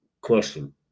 Question